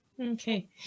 Okay